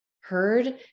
heard